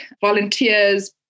volunteers